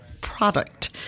product